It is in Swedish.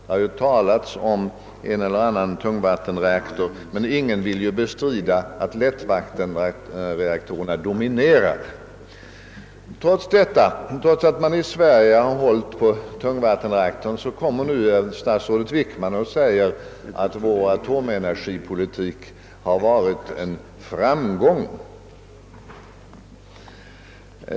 Det har talats om en eller annan tungvattenreaktor, men ingen vill bestrida att lättvattenreaktorerna dominerar. Trots att man i Sverige har hållit på tungvattenreaktorn säger nu statsrådet Wickman att vår atomenergipolitik varit en framgång.